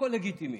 הכול לגיטימי,